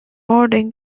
modern